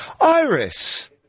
Iris